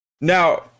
Now